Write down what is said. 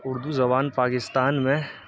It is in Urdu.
اردو زبان پاکستان میں